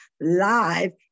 live